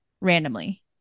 randomly